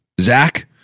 Zach